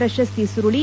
ಪ್ರಶಸ್ತಿ ಸುರುಳಿ